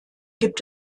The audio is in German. gibt